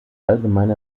allgemeine